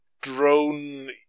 drone